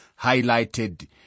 highlighted